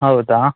ಹೌದಾ